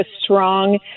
strong